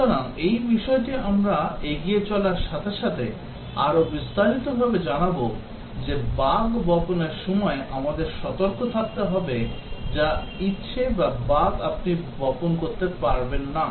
সুতরাং এই বিষয়টি আমরা এগিয়ে চলার সাথে সাথে আরও বিস্তারিতভাবে জানাব যে বাগ বপনের সময় আমাদের সতর্ক থাকতে হবে যা ইচ্ছা বাগ আপনি বপন করতে পারবেন না